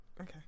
Okay